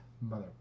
mother